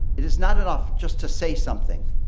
it is not enough just to say something.